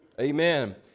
Amen